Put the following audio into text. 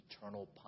eternal